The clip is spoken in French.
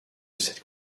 cette